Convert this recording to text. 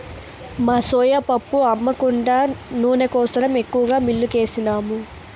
మా సోయా పప్పు అమ్మ కుండా నూనె కోసరం ఎక్కువగా మిల్లుకేసినాము